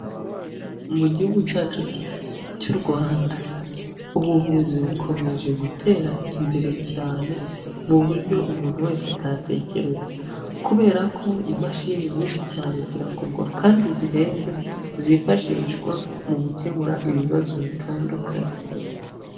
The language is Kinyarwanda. Mu gihugu cyacu cy'u Rwanda ubuvuzi bukomeje gutera imbere cyane mu buryo umuntu wese atatekereza, kubera ko imashini nyinshi cyane ziragurwa kandi zihenze zifashishwa mu gukemura ibibazo bitandukanye.